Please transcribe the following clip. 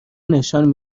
نشان